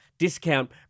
Discount